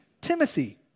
Timothy